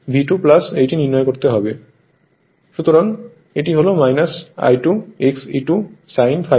সুতরাং এটি হল I2 X E₂ sin ∅ 2